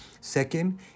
Second